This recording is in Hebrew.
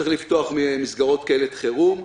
צריך לפתוח מסגרות קלט חירום.